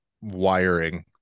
wiring